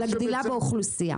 של הגדילה של האוכלוסייה.